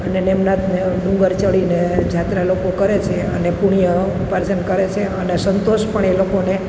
અને નિમનાથને ડુંગર ચળીને જાત્રા લોકો કરે છે અને પુણ્ય ઉપાર્જન કરે છે અને સંતોષ પણ એ લોકોને